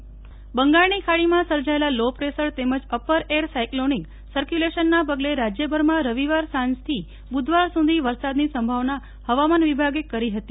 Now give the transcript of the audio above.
ઠક્કર વરસાદની આગાહી બંગાળની ખાડીમાં સર્જાયેલા લોપ્રેસર તેમજ અપરએર સાયકલોનિક સકર્વુલેશનનાં પગલે રાજ્યભરમાં રવિવાર સાંજથી બુધવાર સુધી વરસાદની સંભાવના ફવામાન વિભાગે કરી હતી